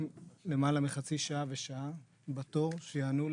למעלה מחצי שעה או שעה בתור שיענו להם,